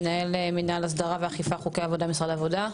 מנהל מינהל הסדרה ואכיפת חוקי עבודה במשרד העבודה.